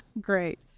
Great